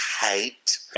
hate